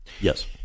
Yes